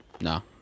No